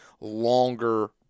longer